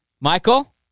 Michael